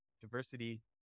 diversity